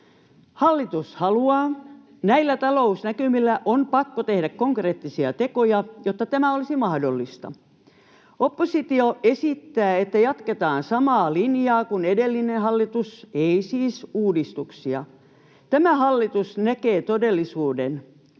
sitä!] Näillä talousnäkymillä on pakko tehdä konkreettisia tekoja, jotta tämä olisi mahdollista. Oppositio esittää, että jatketaan samaa linjaa kuin edellinen hallitus, ei siis uudistuksia. Tämä hallitus näkee todellisuuden.